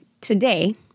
today